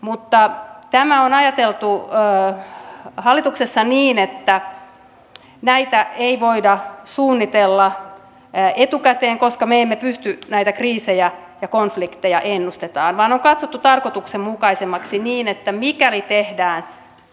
mutta tämä on ajateltu hallituksessa niin että näitä ei voida suunnitella etukäteen koska me emme pysty näitä kriisejä ja konflikteja ennustamaan vaan on katsottu tarkoituksenmukaisemmaksi niin että mikäli tehdään